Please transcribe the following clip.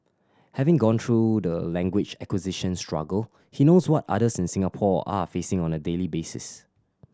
having gone through the language acquisition struggle he knows what others in Singapore are facing on a daily basis